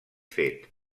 fet